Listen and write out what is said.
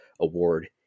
award